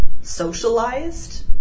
socialized